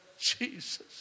Jesus